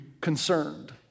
concerned